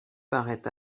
parait